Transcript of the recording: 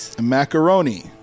Macaroni